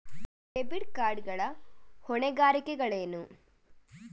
Debit card ಗಳ ಹೊಣೆಗಾರಿಕೆಗಳೇನು?